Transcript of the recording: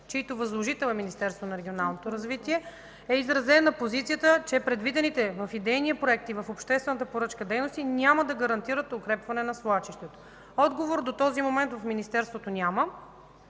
чийто възложител е Министерството на регионалното развитие и благоустройството, е изразена позицията, че предвидените в идейния проект и в обществената поръчка дейности няма да гарантират укрепване на свлачището. Отговор до този момент в Министерството няма.